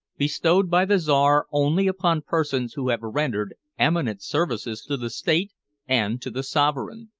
bestowed by the czar only upon persons who have rendered eminent services to the state and to the sovereign.